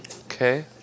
Okay